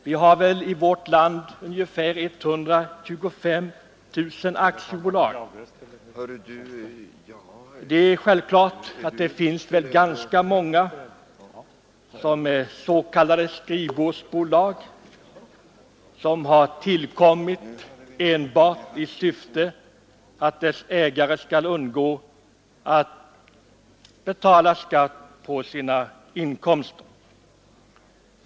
Vi har väl i vårt land ungefär 125 000 aktiebolag. Det är självklart att det finns ganska många s.k. skrivbordsbolag som har tillkommit enbart i syfte att dess ägare skall undgå att betala skatt på sina inkomster.